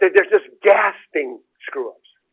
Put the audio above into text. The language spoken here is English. they're just gasping screw-ups